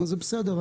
זה בסדר,